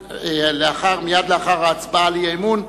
מייד לאחר ההצבעה על האי-אמון,